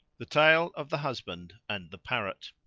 the tale of the husband and the parrot.